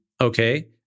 okay